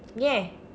ஏன்:een